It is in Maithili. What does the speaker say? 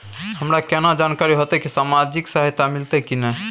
हमरा केना जानकारी होते की सामाजिक सहायता मिलते की नय?